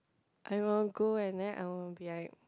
I will go and then I will be like